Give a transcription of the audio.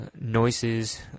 noises